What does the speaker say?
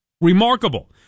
Remarkable